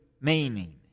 meaning